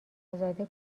ازاده